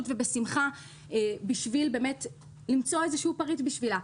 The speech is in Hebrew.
ובשמחה בשביל למצוא איזשהו פריט בשבילה,